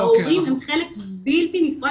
ההורים הם חלק בלתי נפרד.